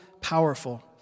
powerful